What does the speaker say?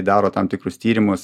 daro tam tikrus tyrimus